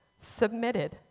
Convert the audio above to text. submitted